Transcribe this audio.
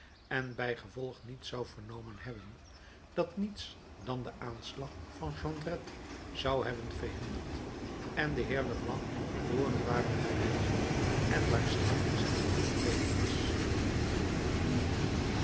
en bijgevolg niets zou vernomen hebben dat niets dan den aanslag van jondrette zou hebben verhinderd en de heer leblanc verloren ware geweest en waarschijnlijk zijn dochter tevens